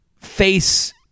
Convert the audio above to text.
face-